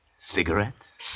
Cigarettes